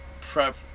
prep